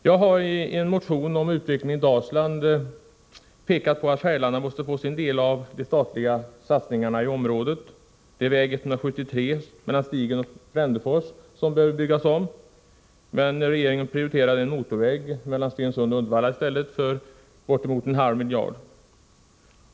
Jag har i en motion om utvecklingen i Dalsland pekat på att Färgelanda måste få sin del av de statliga satsningarna i området. Det är väg 173 mellan Stigen och Frändefors som behöver byggas om. Regeringen prioriterar emellertid i stället en motorväg mellan Stensund och Uddevalla för bortemot 1/2 miljard.